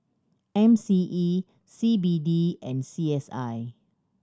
M C E C B D and C S I